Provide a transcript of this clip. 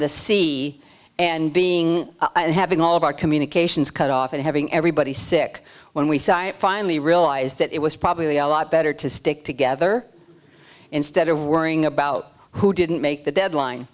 the sea and being and having all of our communications cut off and having everybody sick when we finally realized that it was probably a lot better to stick together instead of worrying about who didn't make the deadline